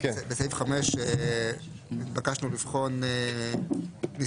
בסעיף 5 התבקשנו לבחון ניסוחית,